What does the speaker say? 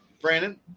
Brandon